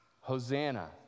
Hosanna